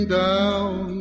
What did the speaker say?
down